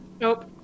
Nope